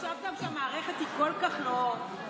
אם חשבת שהמערכת היא כל כך לא בסדר,